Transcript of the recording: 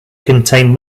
contain